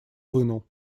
вынул